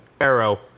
Arrow